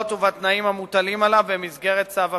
ובתנאים המוטלים עליו במסגרת צו הפיקוח.